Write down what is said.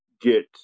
get